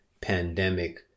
pandemic